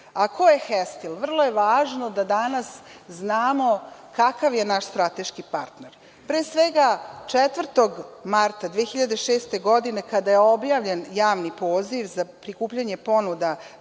Ko je „Hestil“? Vrlo je važno da danas znamo kakav je naš strateški partner. Pre svega, 4. marta 2006. godine, kada je objavljen javni poziv za prikupljanje ponuda